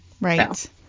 Right